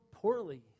Poorly